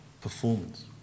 performance